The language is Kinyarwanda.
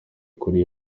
kuri